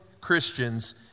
Christians